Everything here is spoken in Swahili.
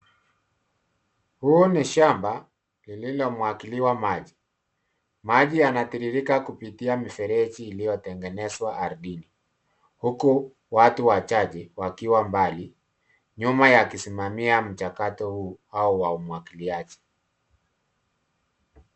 Huu ni shamba lililo mwagiliwa maji. Maji yanatiririka kupitia mifereji iliyotengenezwa ardhini huku watu wachache wakiwa mbali nyuma, yakisimamia mchakato huu au wa umwagiliaji.